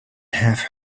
have